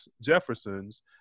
Jeffersons